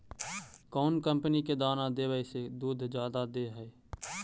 कौन कंपनी के दाना देबए से दुध जादा दे है?